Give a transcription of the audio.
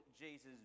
Jesus